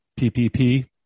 PPP